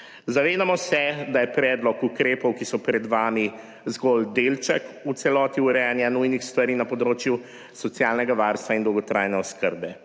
Zavedamo se, da je predlog ukrepov, ki so pred vami, zgolj delček v celoti urejanja nujnih stvari na področju socialnega varstva in dolgotrajne oskrbe.